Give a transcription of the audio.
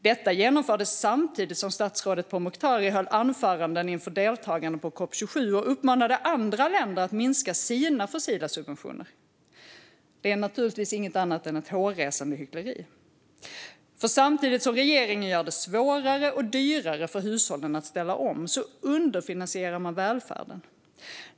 Detta genomfördes samtidigt som statsrådet Pourmokhtari höll anföranden inför deltagarna på COP 27 och uppmanade andra länder att minska sina fossila subventioner. Det är naturligtvis inget annat än ett hårresande hyckleri, för samtidigt som regeringen gör det svårare och dyrare för hushållen att ställa om underfinansierar man välfärden.